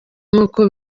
nk’uko